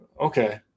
okay